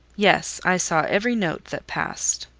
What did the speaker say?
yes, i saw every note that passed.